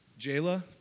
Jayla